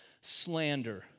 slander